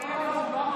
חבר הכנסת טיבי,